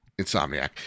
Insomniac